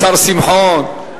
השר שמחון,